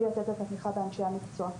בלי לקבל תמיכה מאנשי המקצוע.